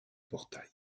portail